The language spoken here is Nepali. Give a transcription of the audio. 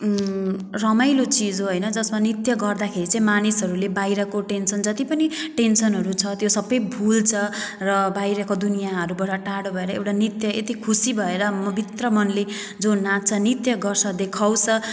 रमाइलो चिज हो हैन जसमा नृत्य गर्दाखेरि चाहिँ मानिसहरूले बाहिरको टेन्सन जति पनि टेन्सनहरू छ त्यो सबै भुल्छ र बाहिरको दुनियाहरूबाट टाढा भएर एउटा नृत्य यति खुसी भएर भित्र मनले जो नाच्छ नृत्य गर्छ देखाउँछ